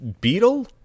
Beetle